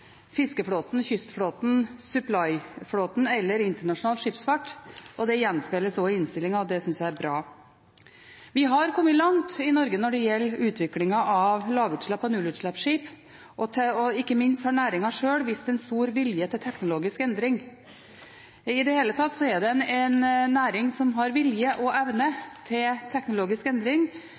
fiskeflåten, kystflåten, supplyflåten eller internasjonal skipsfart, og det gjenspeiles også i innstillingen. Det synes jeg er bra. Vi har kommet langt i Norge når det gjelder utviklingen av lavutslipps- og nullutslippsskip, og ikke minst har næringen sjøl vist en stor vilje til teknologisk endring. I det hele tatt er det en næring som har vilje og evne til teknologisk endring,